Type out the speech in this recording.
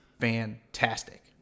fantastic